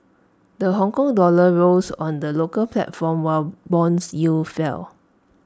the Hongkong dollar rose on the local platform while Bond yields fell